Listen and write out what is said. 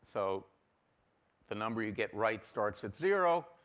so the number you get right starts at zero.